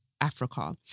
Africa